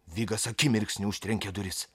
vigas akimirksniu užtrenkė duris